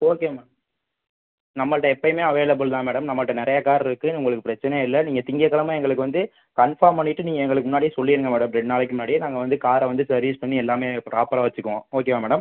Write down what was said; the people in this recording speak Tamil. ஓகே மேம் நம்மள்ட்ட எப்பவுமே அவைளபுல் தான் மேடம் நம்மள்ட்ட நிறையா கார் இருக்குது உங்களுக்கு பிரச்சனையே இல்லை நீங்கள் திங்கக்கிழம எங்களுக்கு வந்து கன்ஃபார்ம் பண்ணிட்டு நீங்கள் எங்களுக்கு முன்னாடியே சொல்லிடுங்கள் மேடம் ரெண்டு நாளைக்கு முன்னாடியே நாங்கள் வந்து காரை வந்து சர்வீஸ் பண்ணி எல்லாமே ப்ராப்பராக வச்சுக்குவோம் ஓகேவா மேடம்